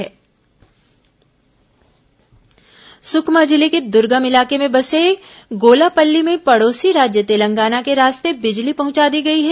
सुकमा बिजली सुकमा जिले के दुर्गम इलाके में बसे गोलापल्ली में पड़ोसी राज्य तेलंगाना के रास्ते बिजली पहुंचा दी गई है